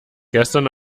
gestern